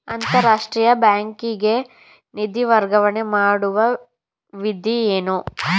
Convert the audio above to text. ಅಂತಾರಾಷ್ಟ್ರೀಯ ಬ್ಯಾಂಕಿಗೆ ನಿಧಿ ವರ್ಗಾವಣೆ ಮಾಡುವ ವಿಧಿ ಏನು?